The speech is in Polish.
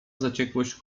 zaciekłość